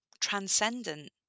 transcendent